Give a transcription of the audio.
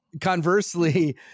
conversely